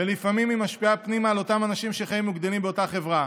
ולפעמים היא משפיעה פנימה על אותם אנשים שחיים וגדלים באותה חברה.